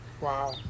wow